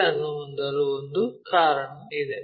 ಇದನ್ನು ಹೊಂದಲು ಒಂದು ಕಾರಣವಿದೆ